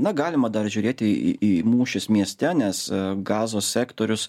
na galima dar žiūrėti į į mūšius mieste nes gazos sektorius